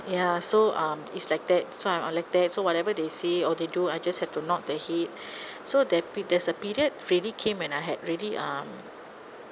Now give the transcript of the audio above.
ya so um it's like that so I'm like that so whatever they say or they do I just have to nod the head so there p~ there's a period really came and I had really um